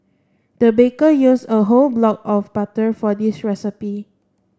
the baker used a whole block of butter for this recipe